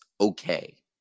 okay